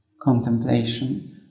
contemplation